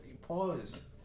Pause